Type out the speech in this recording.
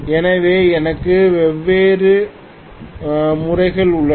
எனவே எனக்கு வெவ்வேறு முறைகள் உள்ளன